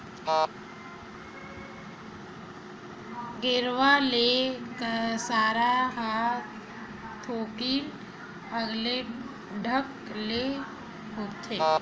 गेरवा ले कांसरा ह थोकिन अलगे ढंग ले होथे